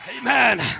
Amen